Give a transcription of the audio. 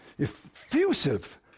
effusive